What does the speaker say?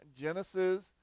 Genesis